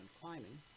climbing